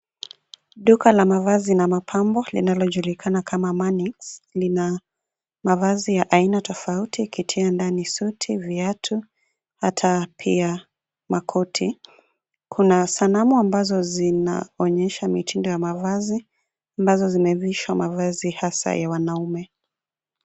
Duka la mavazi na mapambo linalojulikana kama MANIX lina mavazi ya aina tofauti ikitiwa ndani sote, viatu hata pia makoti. Kuna sanamu ambazo zinaonyesha mitindo ya mavazi ambazo zimevishwa mavazi hasa ya wanaume.